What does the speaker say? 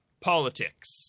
politics